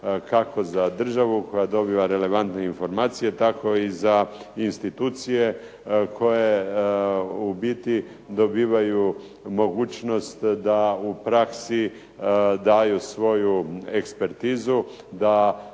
kako za državu koja dobiva relevantne informacije tako i za institucije koje u biti dobivaju mogućnost da u praksi daju svoju ekspertizu da odgajaju